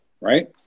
right